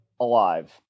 alive